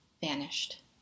Vanished